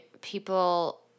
people